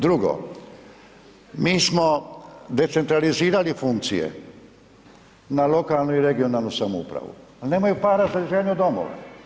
Drugo, mi smo decentralizirali funkcije na lokalnu i regionalnu samoupravu, a nemaju para izgradnju domova.